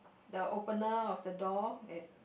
the opener of the door is